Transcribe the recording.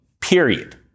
period